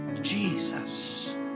Jesus